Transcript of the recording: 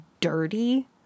dirty